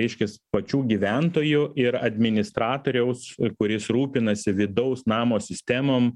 reiškias pačių gyventojų ir administratoriaus kuris rūpinasi vidaus namo sistemom